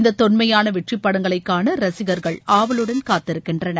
இந்த தொன்மையான வெற்றிப்படங்களை காண ரசிகர்கள் ஆவலுடன் காத்திருக்கின்றனர்